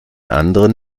anderen